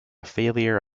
failure